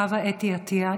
חוה אתי עטייה,